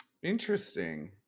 Interesting